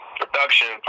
production